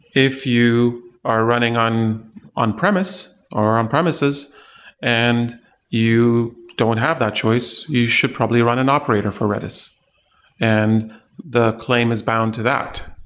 if you are running on-premise, or on-premises and you don't have that choice, you should probably run an operator for redis and the claim is bound to that.